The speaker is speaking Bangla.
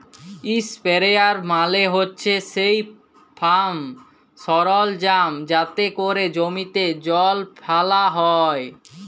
ইসপেরেয়ার মালে হছে সেই ফার্ম সরলজাম যাতে ক্যরে জমিতে জল ফ্যালা হ্যয়